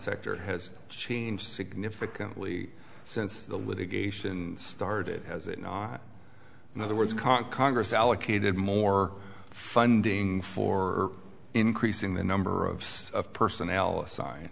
sector has changed significantly since the litigation started has it not in other words can't congress allocated more funding for increasing the number of personnel as